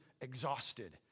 exhausted